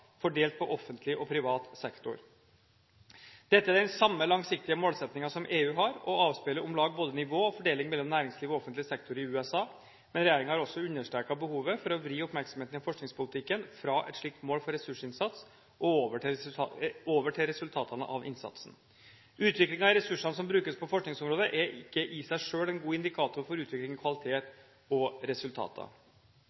fordelt på offentlig og privat sektor. Dette er den samme langsiktige målsettingen som EU har, og avspeiler om lag både nivå og fordeling mellom næringsliv og offentlig sektor i USA. Men regjeringen har også understreket behovet for å vri oppmerksomheten i forskningspolitikken fra et slikt mål for ressursinnsats og over til resultatene av innsatsen. Utviklingen av ressursene som brukes på forskningsområdet, er ikke i seg selv en god indikator for utvikling i kvalitet